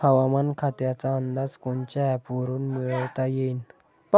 हवामान खात्याचा अंदाज कोनच्या ॲपवरुन मिळवता येईन?